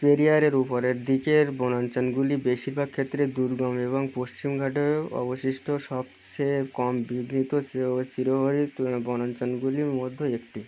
পেরিয়ারের উপরের দিকের বনাঞ্চলগুলি বেশিরভাগ ক্ষেত্রে দুর্গম এবং পশ্চিমঘাটে অবশিষ্ট সবচেয়ে কম বিঘ্নিত চিরহ চিরহরিৎ বনাঞ্চলগুলির মধ্যে একটি